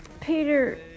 Peter